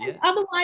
Otherwise